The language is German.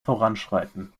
voranschreiten